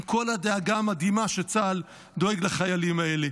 עם כל הדאגה המדהימה שצה"ל דואג לחיילים האלה.